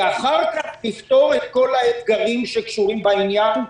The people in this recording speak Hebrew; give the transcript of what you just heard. ואחר כך לפתור את כל האתגרים שקשורים בעניין,